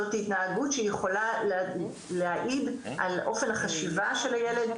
זאת התנהגות שיכולה להעיד על אופן החשיבה של הילד,